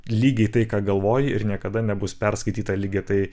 lygiai tai ką galvoji ir niekada nebus perskaityta lygia tai